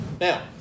Now